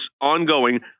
ongoing